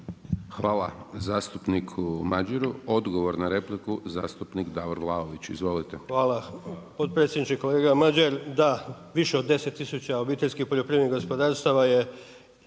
Hvala zastupniku Madjeru. Odgovor na repliku zastupnik Davor Vlaović. Izvolite. **Vlaović, Davor (HSS)** Hvala potpredsjedniče. Kolega Madjer, da, više od 10000 obiteljskih poljoprivrednih gospodarstava je